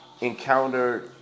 encountered